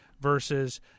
versus